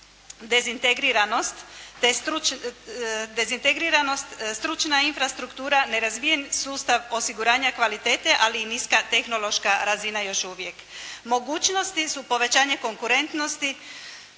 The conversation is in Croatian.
dezintegriranost, stručna infrastruktura, nerazvijen sustav osiguranja kvalitete, ali i niska tehnološka razina još uvijek. Mogućnosti su povećanje konkurentnosti